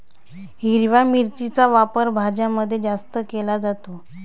हिरव्या मिरचीचा वापर भाज्यांमध्ये जास्त केला जातो